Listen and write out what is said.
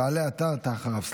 תעלה אתה, ואתה אחריו.